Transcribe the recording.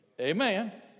Amen